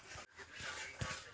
गेंहू की ये साल दाम मिलबे बे?